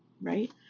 right